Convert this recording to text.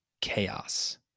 chaos